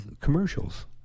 commercials